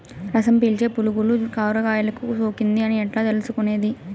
రసం పీల్చే పులుగులు కూరగాయలు కు సోకింది అని ఎట్లా తెలుసుకునేది?